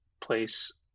place